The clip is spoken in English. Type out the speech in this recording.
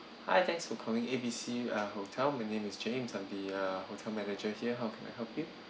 hi thanks for calling A B C uh hotel my name is james I'm the uh hotel manager here how can I help you